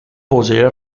posee